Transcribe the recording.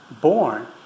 born